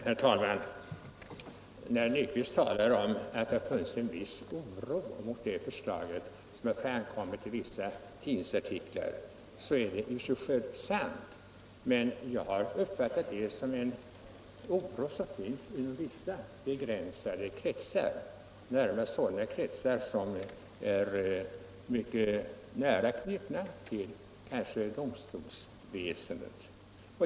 Herr talman! Herr Nyquist säger att det har funnits en viss oro inför förslaget och att den har framkommit i vissa tidningsartiklar. Detta är i och för sig sant, men jag har uppfattat det så, att denna oro hyser man inom vissa begränsade kretsar, närmast sådana kretsar som är mycket nära knutna till domstolsväsendet.